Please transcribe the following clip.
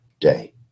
Day